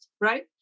right